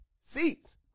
seats